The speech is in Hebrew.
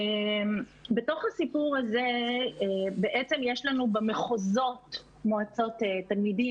בתוך הסיפור הזה בעצם יש לנו במחוזות מועצות תלמידים,